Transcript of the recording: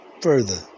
further